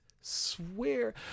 swear